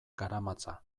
garamatza